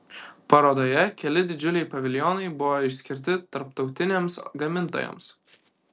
parodoje keli didžiuliai paviljonai buvo išskirti tarptautiniams gamintojams